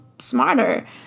smarter